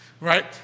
right